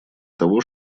того